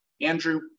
Andrew